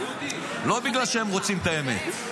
לא בגלל שהם רוצים את האמת.